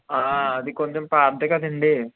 అది కొంచెం పాతది కదండి